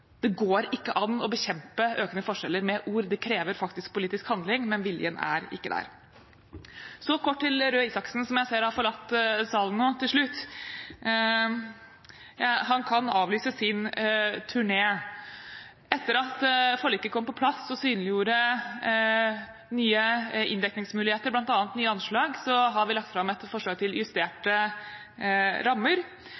det går ikke an å bekjempe økende forskjeller med ord – det krever faktisk politisk handling, men viljen er ikke der. Så kort til slutt til Røe Isaksen, som jeg ser har forlatt salen nå. Han kan avlyse sin turné. Etter at forliket kom på plass, som synliggjorde nye inndekningsmuligheter, bl.a. nye anslag, har vi lagt fram et forslag til